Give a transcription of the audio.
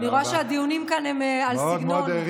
אני רואה שהדיונים כאן הם על סגנון.